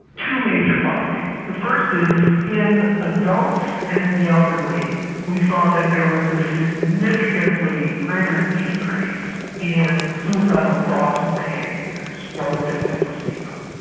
two major findings. the first is, in adults and in the elderly we saw that there was a significantly greater decrease in suicidal thoughts and behaviours relative to placebo.